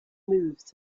moves